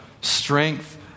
strength